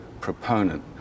proponent